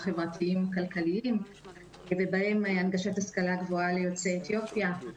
החברתיים-כלכליים ובהם הנגשת ההשכלה הגבוהה ליוצאי אתיופיה.